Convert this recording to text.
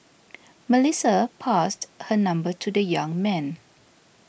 Melissa passed her number to the young man